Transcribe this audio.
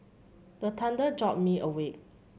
the thunder jolt me awake